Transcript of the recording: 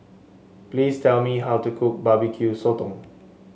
please tell me how to cook Barbecue Sotong